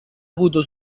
avuto